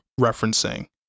referencing